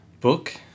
book